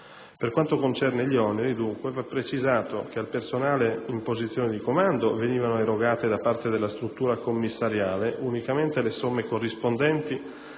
Per quanto concerne gli oneri, va precisato che al personale in posizione di comando venivano erogate da parte della struttura commissariale unicamente le somme corrispondenti